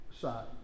side